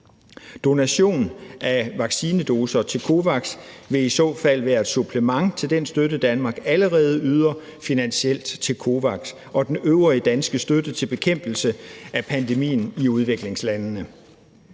Donation af vaccinedoser til COVAX vil i så fald være et supplement til den støtte, som Danmark allerede yder finansielt til COVAX, og den øvrige danske støtte til bekæmpelse af pandemien i udviklingslandene.